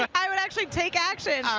i would actually take action.